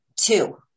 Two